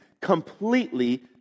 completely